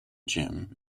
gym